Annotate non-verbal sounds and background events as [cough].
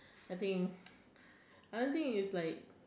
I think [noise] I don't think it's like